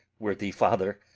worthy father,